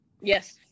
yes